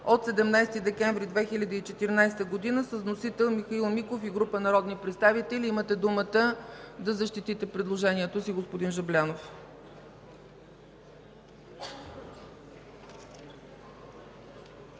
от 17 декември 2014 г., с вносители Михаил Миков и група народни представители. Имате думата да защитите предложението си, господин Жаблянов.